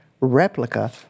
replica